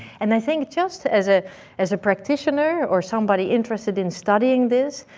and i think just as ah as a practitioner, or somebody interested in studying this,